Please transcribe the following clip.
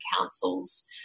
councils